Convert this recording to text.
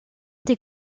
des